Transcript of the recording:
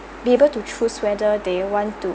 be able to choose whether they want to